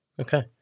Okay